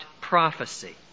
prophecy